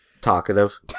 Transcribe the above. talkative